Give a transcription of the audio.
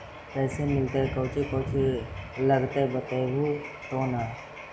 कैसे मिलतय कौची कौची लगतय बतैबहू तो न?